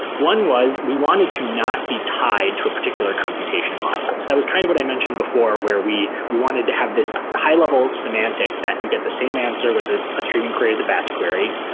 one was we wanted to not be tied to a particular computation model. so that was kind of what i mentioned before where we we wanted to have this high-level semantic that you get the same answer with ah a streaming query as a batch query,